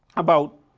about,